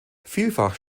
vielfach